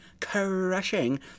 crushing